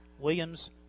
Williams